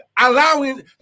allowing